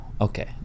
okay